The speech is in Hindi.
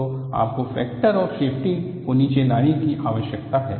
तो आपको फैक्टर ऑफ सेफ्टी को नीचे लाने की आवश्यकता है